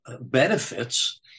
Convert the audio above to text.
benefits